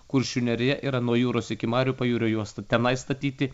kuršių nerija yra nuo jūros iki marių pajūrio juosta tenai statyti